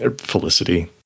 Felicity